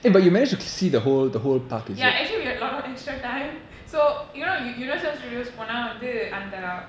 ya ya actually we had a lot of extra time so you know you universal studios போனாஅந்த:ponaa antha